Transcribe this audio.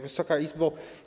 Wysoka Izbo!